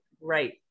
right